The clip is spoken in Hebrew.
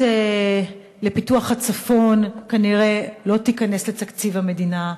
לפיתוח הצפון כנראה לא תיכנס לתקציב המדינה.